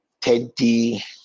teddy